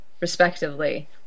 respectively